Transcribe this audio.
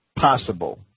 possible